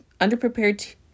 underprepared